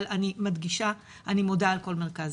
אבל אני מדגישה, אני מודה על כל מרכז